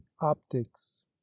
optics